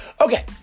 Okay